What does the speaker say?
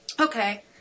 okay